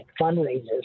fundraisers